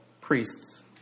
priests